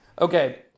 Okay